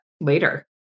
later